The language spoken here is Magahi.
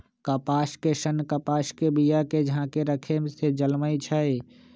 कपास के सन्न कपास के बिया के झाकेँ रक्खे से जलमइ छइ